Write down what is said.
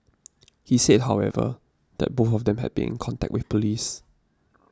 he said however that both of them had been in contact with police